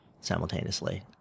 simultaneously